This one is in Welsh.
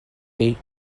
chi